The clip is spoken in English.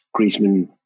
Griezmann